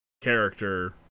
character